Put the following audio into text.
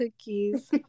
cookies